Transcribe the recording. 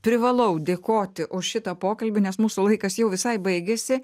privalau dėkoti už šitą pokalbį nes mūsų laikas jau visai baigiasi